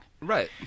Right